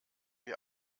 wir